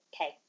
Okay